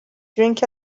drink